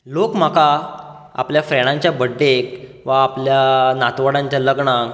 लोक म्हाका आपल्या फ्रेन्डांच्या बर्थडेक वा आपल्या नातवंडाच्या लग्नाक